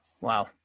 Wow